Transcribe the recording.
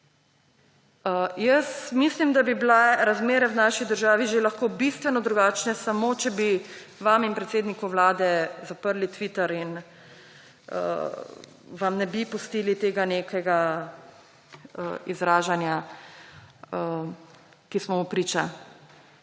Jaz mislim, da bi bile razmere v naši državi že lahko bistveno drugačne samo, če bi vam in predsedniku Vlade zaprli Twitter in vam ne bi pustili tega nekega izražanja, ki smo mu priča.